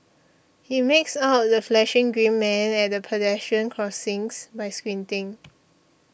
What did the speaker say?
he makes out the flashing green man at pedestrian crossings by squinting